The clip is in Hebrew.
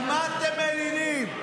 על מה אתם מלינים?